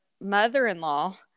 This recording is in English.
mother-in-law